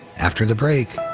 after the break,